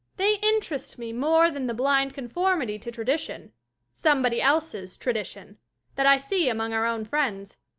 they interest me more than the blind conformity to tradition somebody else's tradition that i see among our own friends.